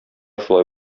шулай